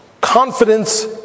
confidence